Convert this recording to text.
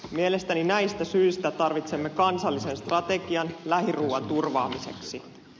mielestäni näistä syistä tarvitsemme kansallisen strategian lähiruuan turvaamiseksi